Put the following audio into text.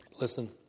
Listen